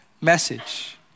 message